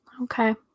Okay